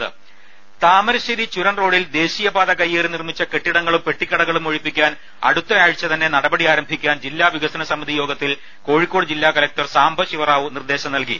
ലലലലലലലലലലലലല താമരശ്ശേരി ചുരം റോഡിൽ ദേശീയപാത കൈയേറി നിർമ്മിച്ചു കെട്ടിടങ്ങളും പെട്ടിക്കടകളും ഒഴിപ്പിക്കാൻ അടുത്ത ആഴ്ച തന്നെ നടപടി ആരംഭിക്കാൻ ജില്ലാ വികസന സമിതി യോഗത്തിൽ കോഴിക്കോട് ജില്ലാകലക്ടർ സാംബശിവറാവു നിർദ്ദേശം നൽകി